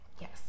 Yes